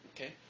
okay